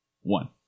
one